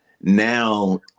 Now